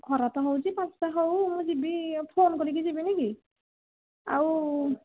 ଖରା ତ ହେଉଛି ପାଞ୍ଚଟା ହଉ ଯିବି ଫୋନ୍ କରିକି ଯିବିନି କି ଆଉ